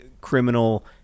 criminal